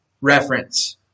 reference